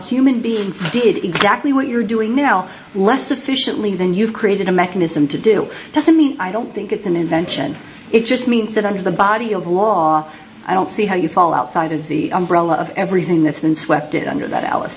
human beings did exactly what you're doing now less efficiently than you've created a mechanism to do doesn't mean i don't think it's an invention it just means that under the body of law i don't see how you fall outside of the umbrella of everything that's been swept it under that alice